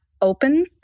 open